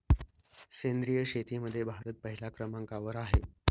सेंद्रिय शेतीमध्ये भारत पहिल्या क्रमांकावर आहे